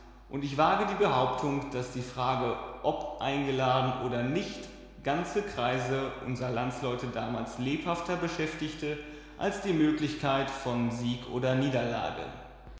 und ich wage die behauptung daß die frage ob eingeladen oder nicht ganze kreise unserer landsleute damals lebhafter beschäftigte als die möglichkeit von sieg oder niederlage